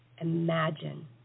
Imagine